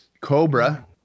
Cobra